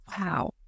wow